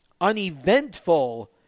uneventful